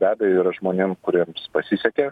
be abejo yra žmonėm kuriems pasisekė